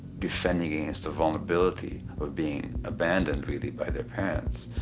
defending against the vulnerability of being abandoned really by their parents.